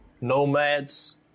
Nomads